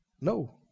No